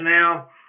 now